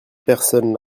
personne